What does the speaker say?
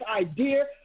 idea